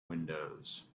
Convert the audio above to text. windows